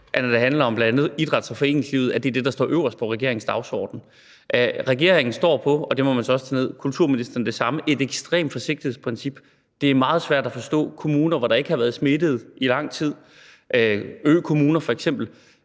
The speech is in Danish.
handler om idræts- og fritidslivet, er det, der står øverst på regeringens dagsorden. Regeringen står på – og det må man så også tage ned – og kulturministeren det samme, et ekstremt forsigtighedsprincip. Det er meget svært at forstå i kommuner, hvor der ikke har været smittede i lang tid, i f.eks. økommuner,